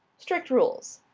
strict rules.